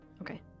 Okay